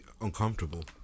uncomfortable